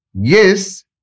Yes